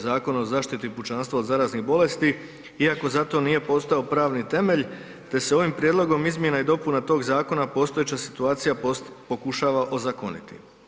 Zakona o zaštiti pučanstva od zaraznih bolesti iako za to nije postojao pravni temelj, te se ovim prijedlogom izmjena i dopuna tog zakona postojeća situacija pokušava ozakoniti.